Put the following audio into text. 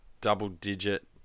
double-digit